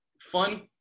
fun